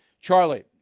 Charlie